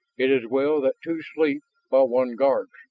it is well that two sleep while one guards,